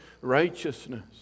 righteousness